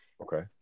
okay